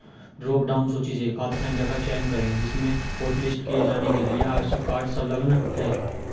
drop down सूची से खाता संख्या का चयन करें जिसमें हॉटलिस्ट किए जाने के लिए आवश्यक कार्ड संलग्न है